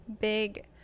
big